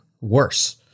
worse